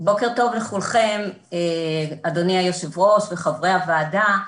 בוקר טוב לכולכם, אדוני היושב ראש וחברי הוועדה.